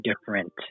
different